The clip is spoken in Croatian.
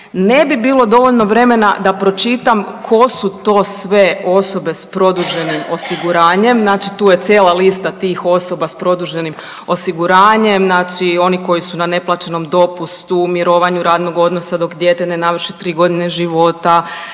Ne bi bilo dovoljno vremena da pročitam tko su to sve osobe s produženim osiguranjem, znači tu je cijela lista tih osoba s produženim osiguranjem, znači oni koji su na neplaćenom dopustu, mirovanju radnog odnosa dok dijete ne navrši 3 godine života,